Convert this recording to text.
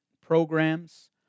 programs